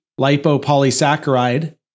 Lipopolysaccharide